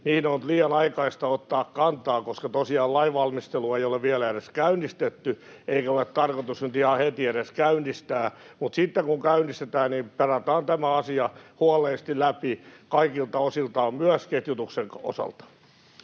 liittyy, on liian aikaista ottaa kantaa, koska tosiaan lainvalmistelua ei ole vielä edes käynnistetty eikä ole edes tarkoitus nyt ihan heti käynnistää. Mutta sitten kun käynnistetään, niin perataan tämä asia huolellisesti läpi kaikilta osiltaan, myös ketjutuksen osalta.